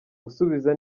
gusubiza